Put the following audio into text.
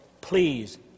please